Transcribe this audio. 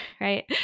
right